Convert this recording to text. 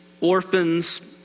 orphans